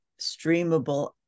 streamable